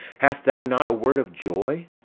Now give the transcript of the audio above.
hast thou not a word of joy?